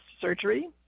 Surgery